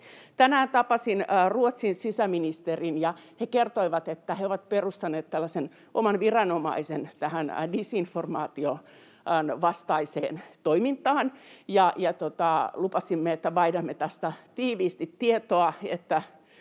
Tänään tapasin Ruotsin sisäministerin, ja he kertoivat, että he ovat perustaneet tällaisen oman viranomaisen tähän disinformaation vastaiseen toimintaan, ja lupasimme, että vaihdamme tästä tiiviisti tietoa,